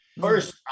First